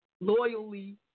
loyally